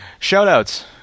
Shoutouts